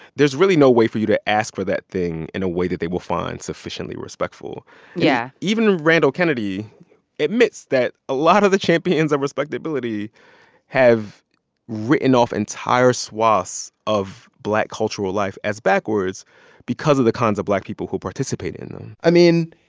there's really no way for you to ask for that thing in a way that they will find sufficiently respectful yeah even randall kennedy admits that a lot of the champions of respectability have written off entire swaths of black cultural life as backwards because of the kinds of black people who participate in them i mean,